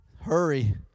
Hurry